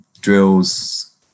Drills